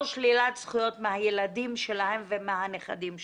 שלילת זכויות מהילדים שלהם ומהנכדים שלהם.